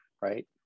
right